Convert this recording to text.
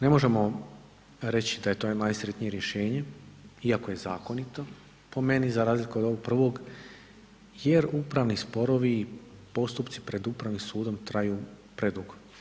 Ne možemo reći da je to najsretnije rješenje, iako je zakonito po meni za razliku od ovog prvog jer upravni sporovi i postupci pred Upravnim sudom traju predugo.